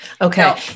Okay